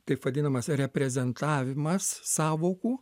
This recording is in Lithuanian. taip vadinamas reprezentavimas sąvokų